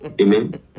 Amen